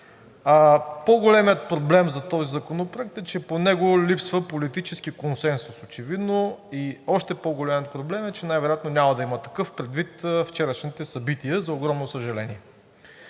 По-големият проблем за този законопроект е, че по него липсва политически консенсус очевидно. И още по-голям проблем е, че вероятно няма да има такъв, предвид вчерашните събития, за огромно съжаление.